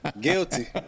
Guilty